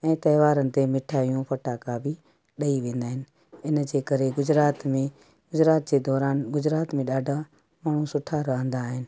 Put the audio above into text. ऐं त्योहारनि ते मिठायूं फटाका बि ॾेई वेंदा आहिनि इनजे करे गुजरात में गुजरात जे दौरान गुजरात में ॾाढा माण्हू सुठा रहंदा आहिनि